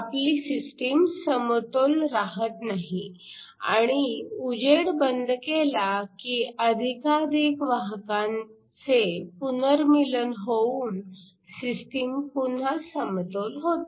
आपली सिस्टीम समतोल राहत नाही आणि उजेड बंद केला की अधिकाधिक वाहकांचे पुनर्मीलन होऊन सिस्टीम पुन्हा समतोल होते